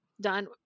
done